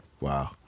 Wow